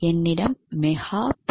என்னிடம் mega board உள்ளது